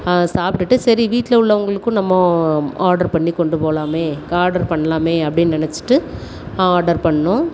சாப்பிடுட்டு சரி வீட்டில் உள்ளவர்களுக்கும் நம்ம ஆர்டர் பண்ணி கொண்டு போகலாமே ஆர்டர் பண்ணலாமே அப்படின்னு நினைச்சிட்டு ஆர்டர் பண்ணிணோம்